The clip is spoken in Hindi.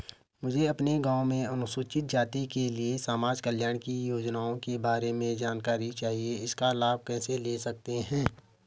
मुझे अपने गाँव में अनुसूचित जाति के लिए समाज कल्याण की योजनाओं के बारे में जानकारी चाहिए इसका लाभ कैसे ले सकते हैं?